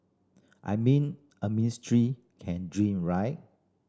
I mean a ministry can dream right